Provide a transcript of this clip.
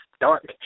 dark